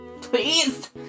please